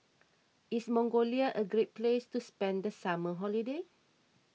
is Mongolia a great place to spend the summer holiday